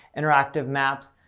interactive maps.